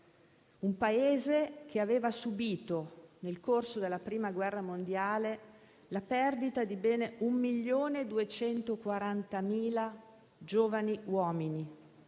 un Paese che aveva subito, nel corso della Prima guerra mondiale, la perdita di ben un milione e 240.000 giovani uomini